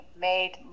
made